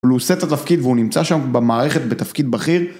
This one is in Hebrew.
אבל הוא עושה את התפקיד והוא נמצא שם במערכת בתפקיד בכיר.